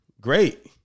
Great